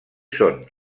són